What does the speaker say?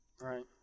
Right